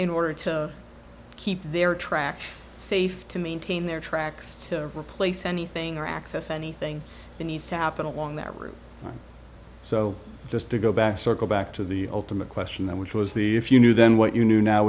in order to keep their tracks safe to maintain their tracks to replace anything or access anything that needs to happen along that route so just to go back circle back to the ultimate question then which was the if you knew then what you knew now